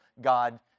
God